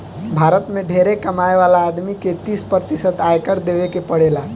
भारत में ढेरे कमाए वाला आदमी के तीस प्रतिशत आयकर देवे के पड़ेला